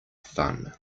fun